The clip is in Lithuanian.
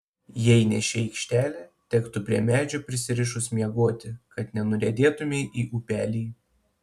jei ne ši aikštelė tektų prie medžio prisirišus miegoti kad nenuriedėtumei į upelį